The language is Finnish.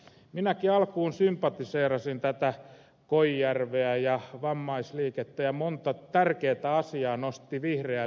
minäkin alkuun sympatiseerasin tätä koijärveä ja vammaisliikettä ja monta tärkeää asiaa nosti vihreä liike esiin